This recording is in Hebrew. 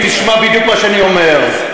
ותשמע בדיוק מה שאני אומר,